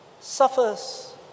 suffers